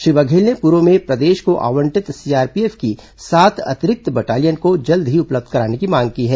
श्री बघेल ने पूर्व में प्रदेश को आवंटित सीआरपीएफ की सात अतिरिक्त बटालियन को जल्द ही उपलब्ध कराने की मांग की है